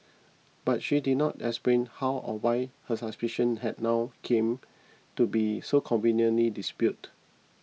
but she did not explain how or why her suspicion had now came to be so conveniently dispelled